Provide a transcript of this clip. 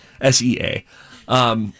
S-E-A